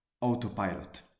autopilot